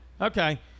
Okay